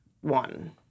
one